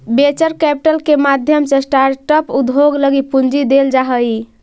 venture capital के माध्यम से स्टार्टअप उद्योग लगी पूंजी देल जा हई